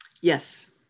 Yes